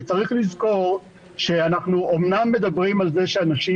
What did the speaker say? כי צריך לזכור שאנחנו אומנם מדברים על זה שאנשים